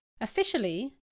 Officially